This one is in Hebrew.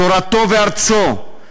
תורתו וארצו,